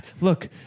look